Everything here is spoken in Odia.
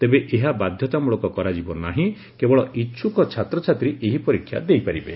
ତେବେ ଏହା ବାଧ୍ଧତାମ୍ମଳକ କରାଯିବ ନାହିଁ କେବଳ ଇଛୁକ ଛାତ୍ରଛାତ୍ରୀ ଏହି ପରୀକ୍ଷା ଦେଇପାରିବେ